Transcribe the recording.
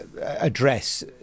address